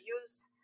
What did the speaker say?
use